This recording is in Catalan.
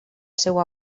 seua